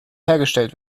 hergestellt